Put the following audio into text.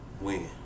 Win